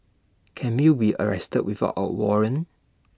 can you be arrested without A warrant